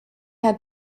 had